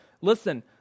listen